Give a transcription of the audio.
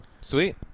Sweet